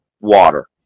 water